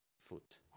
foot